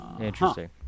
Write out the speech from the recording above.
Interesting